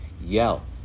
yell